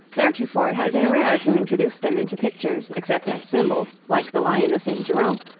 theretofore it had been rare to introduce them into pictures, except as symbols, like the lion of st. jerome,